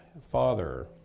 father